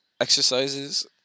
exercises